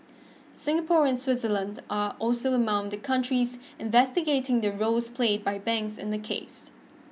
Singapore and Switzerland are also among the countries investigating the roles played by banks in the case